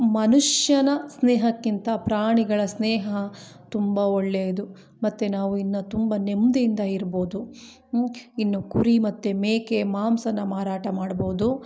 ಮನುಷ್ಯನ ಸ್ನೇಹಕ್ಕಿಂತ ಪ್ರಾಣಿಗಳ ಸ್ನೇಹ ತುಂಬ ಒಳ್ಳೆಯದು ಮತ್ತು ನಾವು ಇನ್ನು ತುಂಬ ನೆಮ್ಮದಿಯಿಂದ ಇರ್ಬೌದು ಇನ್ನು ಕುರಿ ಮತ್ತು ಮೇಕೆ ಮಾಂಸ ಮಾರಾಟ ಮಾಡ್ಬೌದು